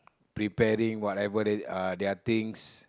preparing whatever they uh their things